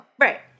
right